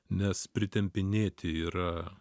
nes pritempinėti yra